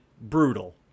brutal